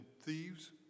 thieves